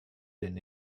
dem